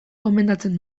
gomendatzen